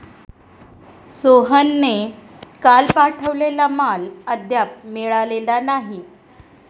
सोहनने काल पाठवलेला माल अद्याप मिळालेला नाही